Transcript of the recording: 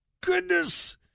goodness